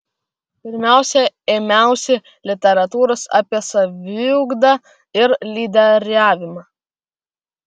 pirmiausia ėmiausi literatūros apie saviugdą ir lyderiavimą